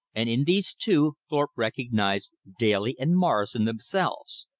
and in these two thorpe recognized daly and morrison themselves.